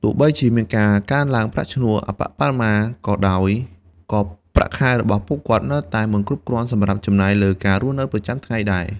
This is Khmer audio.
ទោះបីជាមានការកើនឡើងប្រាក់ឈ្នួលអប្បបរមាក៏ដោយ ក៏ប្រាក់ខែរបស់ពួកគាត់នៅតែមិនគ្រប់គ្រាន់សម្រាប់ចំណាយលើការរស់នៅប្រចាំថ្ងៃដែរ។